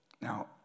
Now